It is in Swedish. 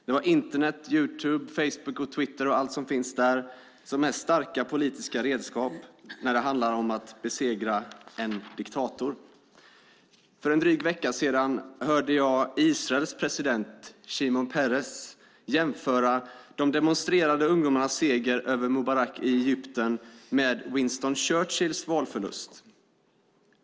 Det var Internet, Youtube, Facebook, Twitter och allt som finns där som var starka politiska redskap när det handlade om att besegra en diktator. För en dryg vecka sedan hörde jag Israels president Shimon Peres jämföra de demonstrerande ungdomarnas seger över Mubarak i Egypten med Winston Churchills valförlust.